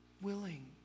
willing